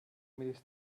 miris